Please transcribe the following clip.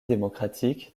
démocratique